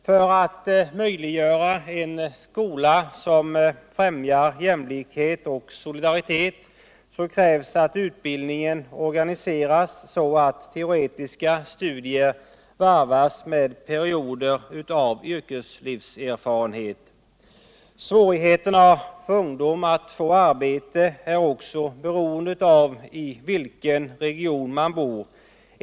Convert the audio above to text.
För att möjliggöra en skola som främjar jämlikhet och solidaritet måste man organisera utbildningen så att teoretiska studier varvas med perioder av yrkeslivserfarenhet. Svårigheterna för ungdomarna att få arbete är också beroende av i vilken region de bor.